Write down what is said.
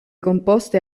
composte